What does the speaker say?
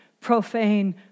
profane